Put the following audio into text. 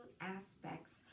aspects